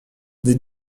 des